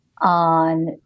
on